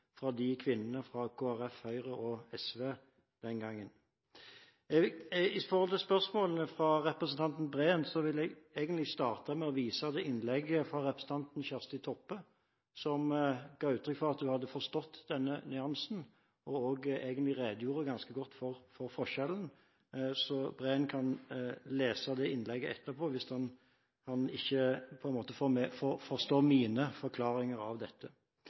fra kvinnene fra Kristelig Folkeparti, Høyre og SV den gangen. Når det gjelder spørsmålene fra representanten Breen, vil jeg egentlig starte med å vise til innlegget fra representanten Kjersti Toppe, som ga uttrykk for at hun hadde forstått denne nyansen og egentlig redegjorde ganske godt for forskjellen. Breen kan lese det innlegget etterpå hvis han ikke forstår mine forklaringer av dette.